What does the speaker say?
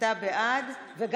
בעד.